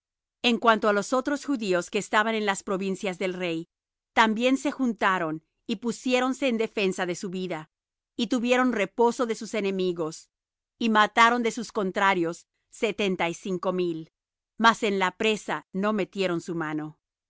en cuanto á los otros judíos que estaban en las provincias del rey también se juntaron y pusiéronse en defensa de su vida y tuvieron reposo de sus enemigos y mataron de sus contrarios setenta y cinco mil mas en la presa no metieron su mano en